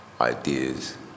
ideas